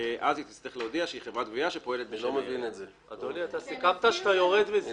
אז היא תצטרך להודיע שהיא חברת גבייה שפועלת בשם העירייה.